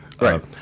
right